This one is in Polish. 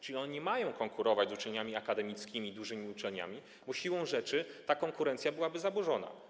Czyli one nie mają konkurować z uczelniami akademickimi, dużymi uczelniami, bo siłą rzeczy ta konkurencja byłaby zaburzona.